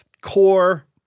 core